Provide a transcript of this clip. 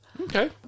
Okay